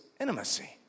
intimacy